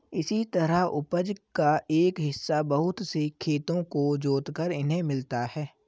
इसी तरह उपज का एक हिस्सा बहुत से खेतों को जोतकर इन्हें मिलता है